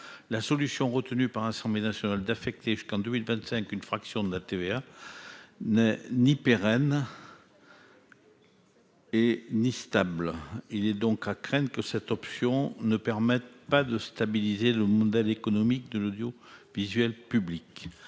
la solution retenue par l'Assemblée nationale consistant à affecter à l'audiovisuel public, jusqu'à 2025, une fraction de TVA n'est ni pérenne ni stable. Il est donc à craindre que cette option ne permette pas de stabiliser le modèle économique de l'audiovisuel public.